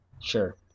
Sure